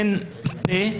אין פה,